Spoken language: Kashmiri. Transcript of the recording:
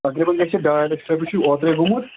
تقریٖباً گژھِ یہِ ڈاے لَچھ رۄپیہِ چھُ اوترَے گوٚمُت